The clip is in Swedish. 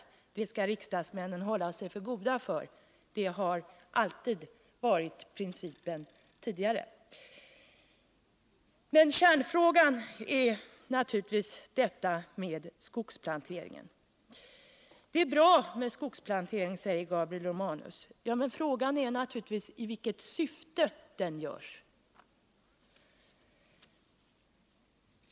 Sådant skall riksdagsmännen hålla sig för goda för — det har alltid varit principen tidigare. Men kärnfrågan är skogsplanteringen. Det är bra med skogsplantering, säger Gabriel Romanus. Men frågan är naturligtvis i vilket syfte den görs.